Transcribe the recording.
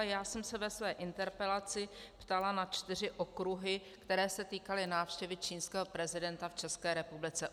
Já jsem se ve své interpelaci ptala na čtyři okruhy, které se týkaly návštěvy čínského prezidenta v České republice.